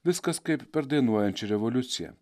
viskas kaip per dainuojančią revoliuciją